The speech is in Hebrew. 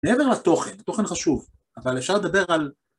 מעבר לתוכן, תוכן חשוב, אבל אפשר לדבר על